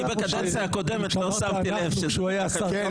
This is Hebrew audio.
אני בקדנציה הקודמת לא שמתי לב ש --- כן,